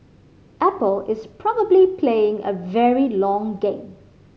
Apple is probably playing a very long game